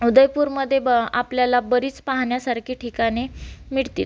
उदयपूरमध्ये ब आपल्याला बरीच पाहण्यासारखी ठिकाणे मिळतील